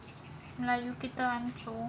nak you pergi terancung